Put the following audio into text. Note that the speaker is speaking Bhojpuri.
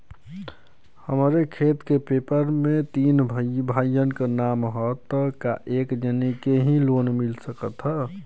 हमरे खेत के पेपर मे तीन भाइयन क नाम ह त का एक जानी के ही लोन मिल सकत ह?